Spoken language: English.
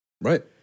right